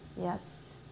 Yes